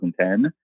2010